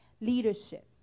Leadership